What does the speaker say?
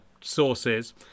sources